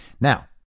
Now